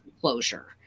closure